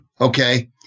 Okay